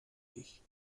ich